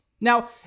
Now